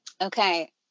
Okay